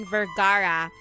Vergara